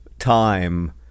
Time